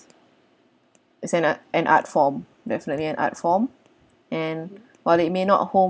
is an art an art form definitely an art form and while it may not hold